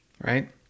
right